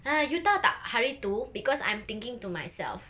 !hais! you tahu tak hari tu because I'm thinking to myself